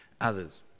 others